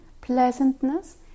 pleasantness